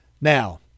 Now